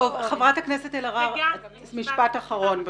חברת הכנסת אלהרר, משפט אחרון.